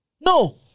No